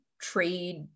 trade